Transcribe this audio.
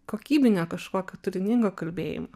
kokybinio kažkokio turiningo kalbėjimo